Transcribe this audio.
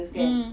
mm